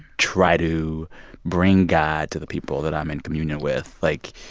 try to bring god to the people that i'm in communion with? like,